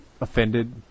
offended